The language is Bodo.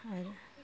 आरो